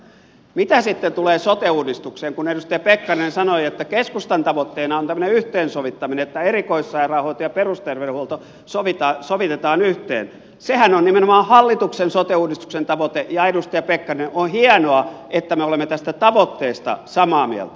mitä sitten tulee sote uudistukseen kun edustaja pekkarinen sanoi että keskustan tavoitteena on tämmöinen yhteensovittaminen että erikoissairaanhoito ja perusterveydenhuolto sovitetaan yhteen sehän on nimenomaan hallituksen sote uudistuksen tavoite ja edustaja pekkarinen on hienoa että me olemme tästä tavoitteesta samaa mieltä